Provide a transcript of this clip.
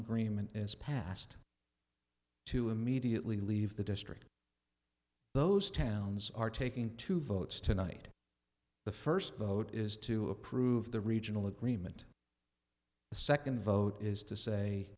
agreement is passed to immediately leave the district those towns are taking two votes tonight the first vote is to approve the regional agreement the second vote is to say